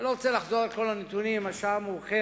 אני לא רוצה לחזור על כל הנתונים, השעה מאוחרת,